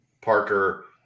Parker